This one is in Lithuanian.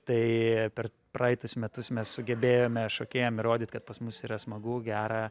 tai per praeitus metus mes sugebėjome šokėjam įrodyt kad pas mus yra smagu gera